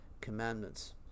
commandments